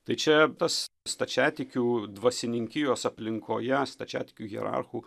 tai čia tas stačiatikių dvasininkijos aplinkoje stačiatikių hierarchų